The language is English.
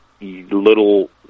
little